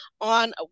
on